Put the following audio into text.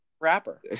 Rapper